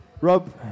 Rob